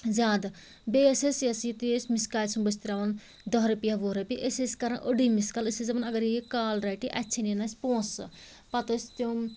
زیادٕ بیٚیہِ ٲسۍ أسۍ یُتُے أسۍ مِس کالہِ سُنٛمب ٲسۍ ترٛاوان دَہ رۄپیہِ یا وُہ رۄپیہِ أسۍ ٲسۍ کران أڑٕے مِس کال أسۍ ٲسۍ دَپان اگرَے یہِ کال رَٹہِ اَتہِ ژھیٚنٮ۪ن اَسہِ پونٛسہٕ پتہٕ ٲسۍ تِم